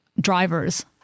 drivers